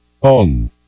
on